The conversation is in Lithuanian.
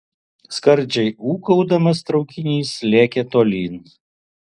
skardžiai ūkaudamas traukinys lėkė tolyn